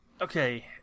Okay